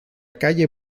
calle